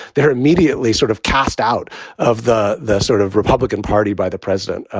they're immediately sort of cast out of the the sort of republican party by the president.